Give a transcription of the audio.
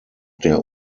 der